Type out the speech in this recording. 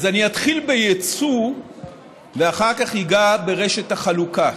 אז אני אתחיל ביצוא ואחר כך אגע ברשת החלוקה,